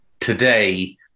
today